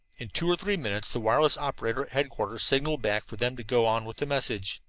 in two or three minutes the wireless operator at headquarters signaled back for them to go on with the message.